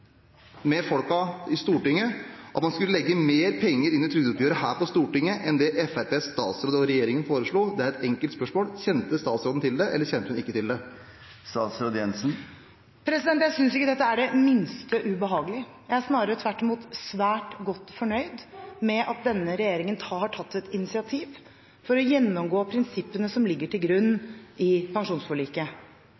med folkene i Stortinget at man skulle legge mer penger inn i trygdeoppgjøret her på Stortinget enn det Fremskrittspartiets statsråder og regjeringen foreslo? Det er et enkelt spørsmål: Kjente statsråden til det, eller kjente hun ikke til det? Jeg synes ikke dette er det minste ubehagelig. Jeg er snarere tvert imot svært godt fornøyd med at denne regjeringen har tatt et initiativ for å gjennomgå prinsippene som ligger til grunn i pensjonsforliket.